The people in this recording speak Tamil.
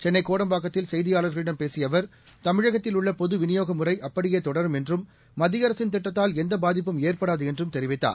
சென்னைகோடம்பாக்கத்தில் செய்தியாளர்களிடம் பேசியஅவர் தமிழகத்தில் உள்ளபொதுவிநியோகமுறைஅப்படியேதொடரும் என்றும் மத்தியஅரசின் திட்டத்தால் எந்தபாதிப்பும் ஏற்படாதுஎன்றும் தெரிவித்தார்